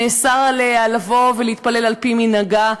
נאסר עליה להתפלל על-פי מנהגה,